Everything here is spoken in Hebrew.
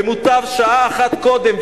ומוטב שעה אחת קודם,